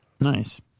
Nice